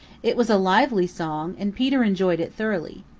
it was a lively song and peter enjoyed it thoroughly.